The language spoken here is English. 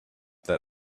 that